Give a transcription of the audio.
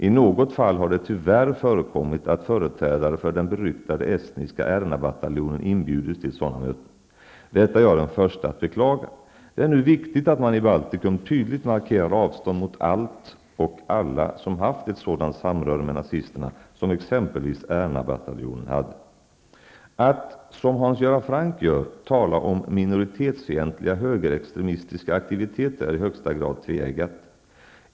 I något fall har det tyvärr förekommit att företrädare för den beryktade estniska Ernabataljonen inbjudits till sådana möten. Detta är jag den förste att beklaga. Det är nu viktigt att man i Baltikum tydligt markerar avstånd mot allt och alla som haft ett sådant samröre med nazisterna som exempelvis Erna-bataljonen hade. Att, som Hans Göran Franck gör, tala om minoritetsfientliga högerextremistiska aktiviteter är i högsta grad tveeggat.